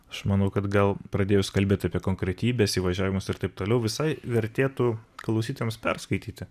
aš manau kad gal pradėjus kalbėt apie konkretybes įvažiavimus ir taip toliau visai vertėtų klausytojams perskaityti